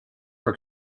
for